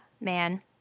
man